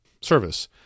service